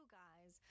guys